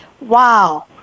Wow